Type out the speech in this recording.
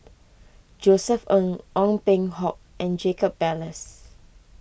Josef Ng Ong Peng Hock and Jacob Ballas